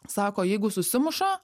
sako jeigu susimuša